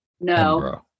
No